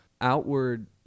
outward